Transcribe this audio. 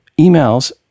emails